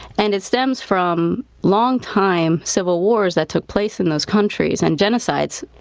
and it stems from longtime civil wars that took place in those countries, and genocides,